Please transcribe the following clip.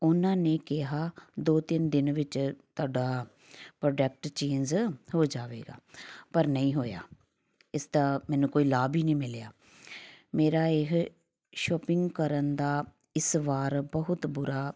ਉਹਨਾਂ ਨੇ ਕਿਹਾ ਦੋ ਤਿੰਨ ਦਿਨ ਵਿੱਚ ਤੁਹਾਡਾ ਪ੍ਰੋਡਕਟ ਚੇਂਜ ਹੋ ਜਾਵੇਗਾ ਪਰ ਨਹੀਂ ਹੋਇਆ ਇਸਦਾ ਮੈਨੂੰ ਕੋਈ ਲਾਭ ਹੀ ਨਹੀਂ ਮਿਲਿਆ ਮੇਰਾ ਇਹ ਸ਼ੋਪਿੰਗ ਕਰਨ ਦਾ ਇਸ ਵਾਰ ਬਹੁਤ ਬੁਰਾ